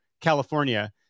California